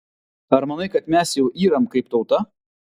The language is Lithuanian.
ar manai kad mes jau yram kaip tauta